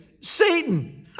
Satan